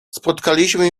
spotkaliśmy